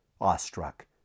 awestruck